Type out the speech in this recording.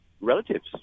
relatives